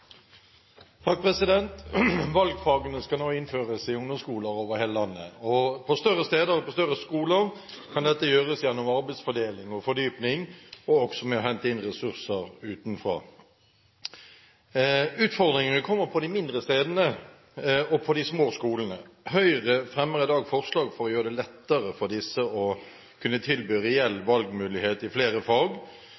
Valgfagene skal nå innføres i ungdomsskoler over hele landet. På større steder og på større skoler kan dette gjøres gjennom arbeidsfordeling og fordypning og også ved å hente inn ressurser utenfra. Utfordringene vil komme på de mindre stedene og på de små skolene. Høyre fremmer i dag forslag for å gjøre det lettere for disse å kunne tilby en reell